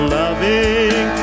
loving